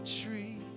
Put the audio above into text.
tree